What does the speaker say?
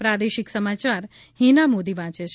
પ્રાદેશિક સમાયાર હિના મોદી વાંચે છે